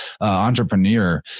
entrepreneur